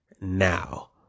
now